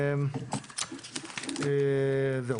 זהו.